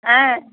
হ্যাঁ